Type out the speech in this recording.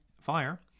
fire